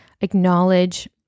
acknowledge